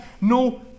no